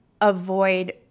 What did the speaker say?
avoid